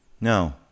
No